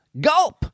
Gulp